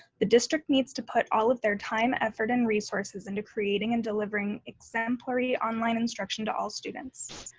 the district needs to put all of their time, effort, and resources into creating and delivering exemplary online instruction to all students.